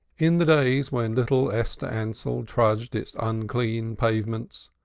in the days when little esther ansell trudged its unclean pavements,